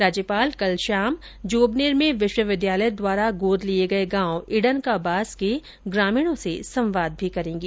राज्यपाल कल शाम जोबनेर में विश्वविद्यालय द्वारा गोद लिए गये गांव इडन का बास के ग्रामीणों से संवाद भी करेंगे